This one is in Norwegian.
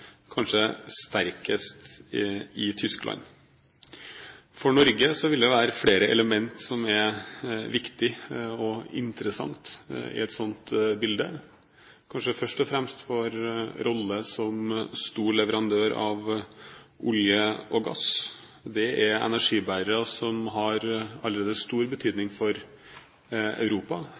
kanskje sterkest i Tyskland. For Norge vil det være flere element som er viktige og interessante i et sånt bilde, kanskje først og fremst for rolle som stor leverandør av olje og gass. Det er energibærere som allerede har stor betydning for Europa,